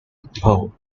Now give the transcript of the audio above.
paul